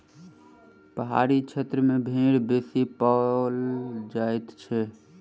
पहाड़ी क्षेत्र मे भेंड़ बेसी पोसल जाइत छै